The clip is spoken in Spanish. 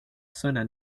zona